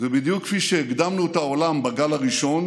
ובדיוק כפי שהקדמנו את העולם בגל הראשון